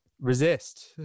resist